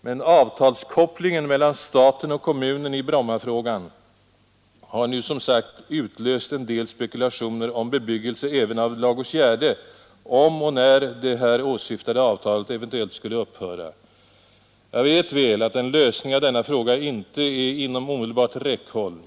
Men avtalskopplingen mellan staten och kommunen i Brommafrågan har nu, som sagt, utlöst en del spekulationer om bebyggelse även av Ladugårdsgärde, om och när det här åsyftade avtalet eventuellt skulle upphöra. Jag vet väl att en lösning av denna fråga inte är inom omedelbart räckhåll.